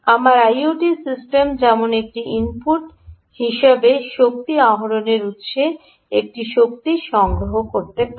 আমার IoT system যেমন এটির ইনপুট হিসাবে শক্তি আহরণের উত্সে একটি শক্তি সংগ্রহ করতে পারে